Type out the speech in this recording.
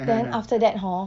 then after that hor